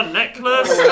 necklace